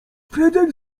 fredek